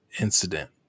incident